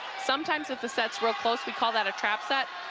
sometimes if the set's real close we call that a trap set,